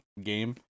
game